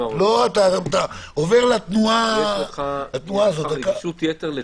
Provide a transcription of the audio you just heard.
יש לך רגישות יתר לתנועות.